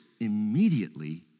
immediately